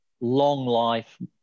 Long-life